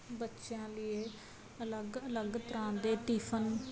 ਬੱਚਿਆਂ ਲਈ ਇਹ ਅਲੱਗ ਅਲੱਗ ਤਰ੍ਹਾਂ ਦੇ ਟਿਫਨ